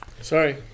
Sorry